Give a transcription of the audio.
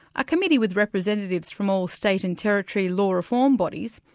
a committee with representatives from all state and territory law reform bodies,